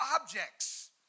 objects